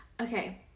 Okay